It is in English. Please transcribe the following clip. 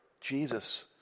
Jesus